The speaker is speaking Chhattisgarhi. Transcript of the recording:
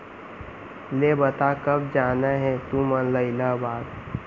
ले बता, कब जाना हे तुमन ला इलाहाबाद?